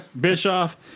Bischoff